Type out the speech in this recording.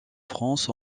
france